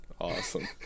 awesome